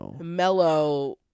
mellow